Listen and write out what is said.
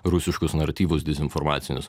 rusiškus naratyvus dezinformacinius